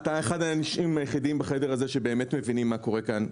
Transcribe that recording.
אתה אחד האנשים היחידים בחדר הזה שבאמת מבין מה קורה כאן,